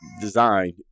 designed